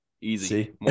easy